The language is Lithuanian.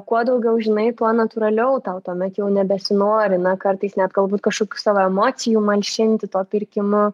kuo daugiau žinai tuo natūraliau tau tuomet jau nebesinori na kartais net galbūt kažkoks savo emocijų malšinti tuo pirkimu